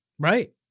Right